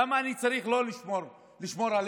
למה אני צריך לשמור עליה,